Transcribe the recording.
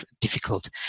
difficult